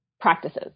practices